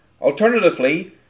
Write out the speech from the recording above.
Alternatively